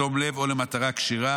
בתום לב או למטרה כשרה,